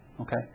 Okay